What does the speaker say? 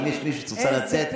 אם את רוצה לצאת לרגע,